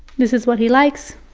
this is what he likes,